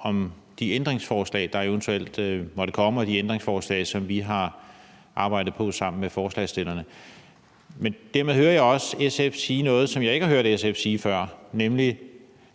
om de ændringsforslag, der eventuelt måtte komme, og det ændringsforslag, som vi sammen med forslagsstillerne har arbejdet på. Men dermed hører jeg også, at SF siger noget, som jeg ikke har hørt SF sige før, nemlig